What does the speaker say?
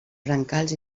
brancals